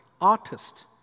artist